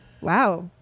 Wow